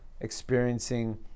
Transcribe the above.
experiencing